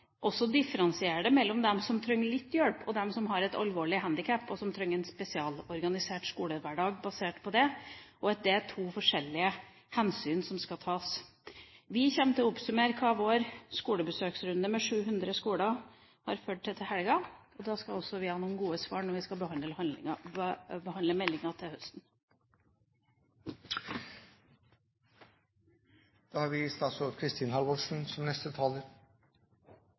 og så differensiere mellom dem som trenger litt hjelp, og dem som har et alvorlig handikap – og som trenger en spesialorganisert skolehverdag basert på det. Det er to forkjellige hensyn som her skal tas. Vi kommer til å oppsummere hva vår besøksrunde til 700 skoler har ført til, til helga. Da skal vi også ha noen gode svar når vi skal behandle meldinga til høsten. Jeg har tenkt å holde innlegget mitt litt tett opptil det som